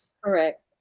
Correct